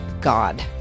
God